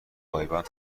پایبند